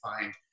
find